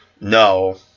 no